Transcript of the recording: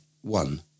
one